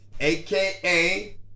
aka